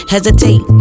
Hesitate